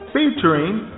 Featuring